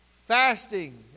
fasting